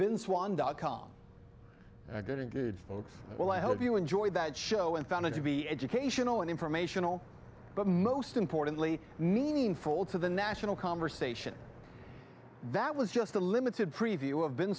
bin swan dot com well i hope you enjoyed that show and found it to be educational and informational but most importantly meaningful to the national conversation that was just a limited preview of b